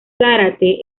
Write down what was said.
zárate